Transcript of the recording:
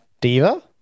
diva